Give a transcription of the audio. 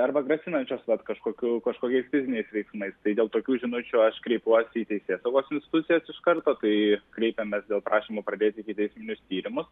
arba grasinančios vat kažkokių kažkokiais fiziniais veiksmais tai dėl tokių žinučių aš kreipiuosi į teisėsaugos institucijas iš karto kai kreipiamės dėl prašymo pradėti ikiteisminius tyrimus